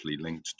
linked